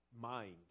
mind